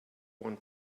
want